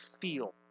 feel